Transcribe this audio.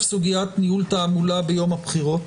סוגית ניהול תעמולה ביום הבחירות,